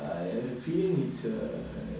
I have a feeling it's a